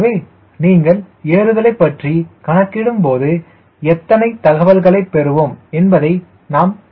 எனவே நீங்கள் ஏறுதலை பற்றி கணக்கிடும்போது எத்தனை தகவல்களைப் பெறுவோம் என்பதை நாம் காண்போம்